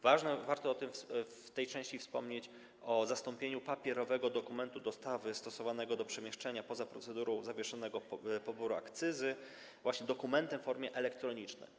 Warto w tej części wspomnieć o zastąpieniu papierowego dokumentu dostawy, stosowanego do przemieszczania poza procedurą zawieszenia poboru akcyzy, dokumentem w formie elektronicznej.